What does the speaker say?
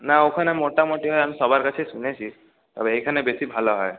না ওখানে মোটামোটি হয় আমি সবার কাছে শুনেছি তবে এইখানে বেশি ভালো হয়